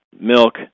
milk